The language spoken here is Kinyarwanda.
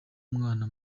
mwana